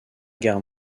guerre